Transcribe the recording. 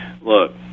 Look